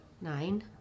Nine